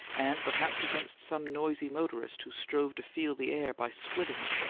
and perhaps against some noisy motorist who strove to feel the air by splitting it,